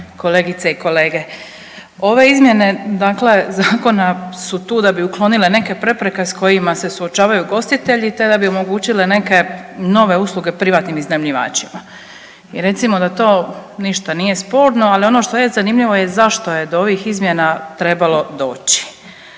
kolegice i kolege. Ove izmjene, dakle, zakona su tu da bi uklonile neke prepreke s kojima se suočavaju ugostitelji, te da bi omogućile neke nove usluge privatnim iznajmljivačima i recimo da to ništa nije sporno, ali ono što je zanimljivo je zašto je do ovih izmjena trebalo doći.